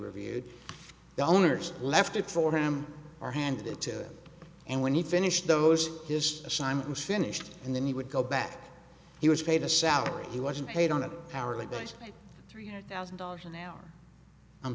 reviewed the owners left it for him or handed it to and when he finished those his assignment was finished and then he would go back he was paid a salary he wasn't paid on an hourly basis three hundred thousand dollars an hour i'm